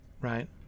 right